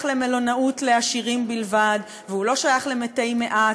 למלונאות לעשירים בלבד והוא לא שייך למתי מעט.